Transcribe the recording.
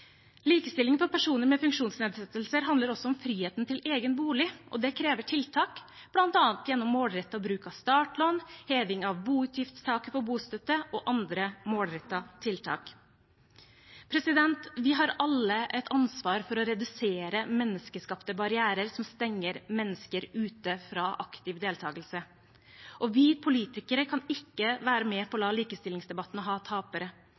Likestilling for personer med funksjonsnedsettelser handler også om friheten til egen bolig, og det krever tiltak, bl.a. gjennom målrettet bruk av startlån, heving av boutgiftstaket på bostøtte og andre målrettede tiltak. Vi har alle et ansvar for å redusere menneskeskapte barrierer som stenger mennesker ute fra aktiv deltakelse, og vi politikere kan ikke være med på å la likestillingsdebatten ha tapere.